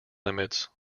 limits